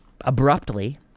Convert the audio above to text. abruptly